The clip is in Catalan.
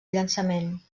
llançament